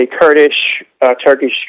Kurdish-Turkish